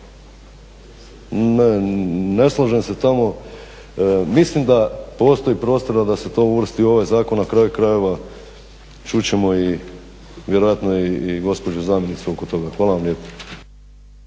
Ne slažem se tamo, mislim da postoji prostora da se to uvrsti u ovaj zakon. Na kraju krajeva čut ćemo i vjerojatno i gospođu zamjenicu oko toga. Hvala vam lijepo.